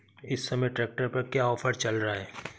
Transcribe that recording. इस समय ट्रैक्टर पर क्या ऑफर चल रहा है?